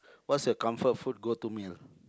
what's your comfort food go to meal